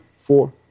four